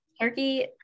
Turkey